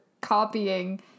copying